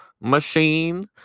machine